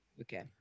Okay